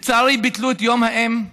לצערי, ביטלו את יום האם.